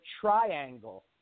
Triangle